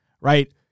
right